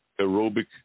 aerobic